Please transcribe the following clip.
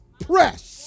press